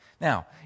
Now